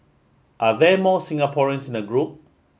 are there more Singaporeans in the group